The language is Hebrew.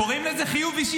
קוראים לזה חיוב אישי.